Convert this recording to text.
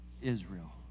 Israel